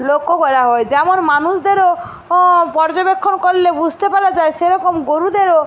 লক্ষ করা হয় যেমন মানুষদেরও পর্যবেক্ষণ করলে বুঝতে পারা যায় সেরকম গোরুদেরও